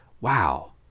Wow